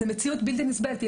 זו מציאות בלתי נסבלת,